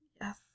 Yes